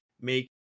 make